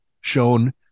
shown